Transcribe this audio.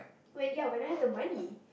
wait ya when I have the money